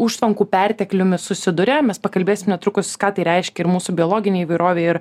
užtvankų pertekliumi susiduria mes pakalbėsim netrukus ką tai reiškia ir mūsų biologinei įvairovei ir